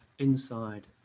inside